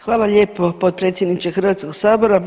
Hvala lijepo potpredsjedniče Hrvatskog sabora.